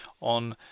on